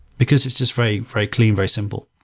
because it's just very very clean, very simple.